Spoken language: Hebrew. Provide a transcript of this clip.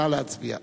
נא להצביע.